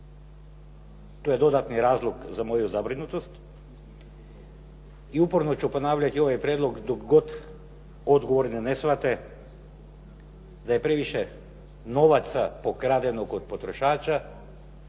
To je dodatni razlog za moju zabrinutost i uporno ću ponavljati ovaj prijedlog dok god odgovorni ne shvate da je previše novaca pokradeno kod potrošača